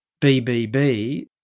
BBB